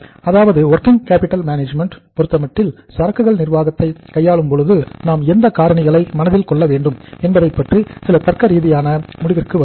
அதாவது working capital மேலாண்மையை பொருத்தமட்டில் சரக்குகளின் நிர்வாகத்தை கையாளும் பொழுது நாம் எந்த காரணிகளை மனதில் கொள்ள வேண்டும் என்பதைப் பற்றி சில தர்க்கரீதியான முடிவிற்கு வருவோம்